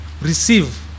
receive